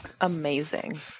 amazing